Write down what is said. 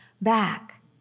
back